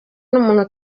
n’umuntu